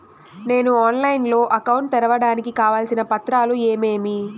నేను ఆన్లైన్ లో అకౌంట్ తెరవడానికి కావాల్సిన పత్రాలు ఏమేమి?